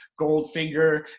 goldfinger